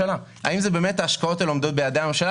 האם באמת ההשקעות האלה עומדות ביעדי הממשלה.